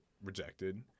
rejected